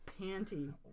panty